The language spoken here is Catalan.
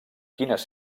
quines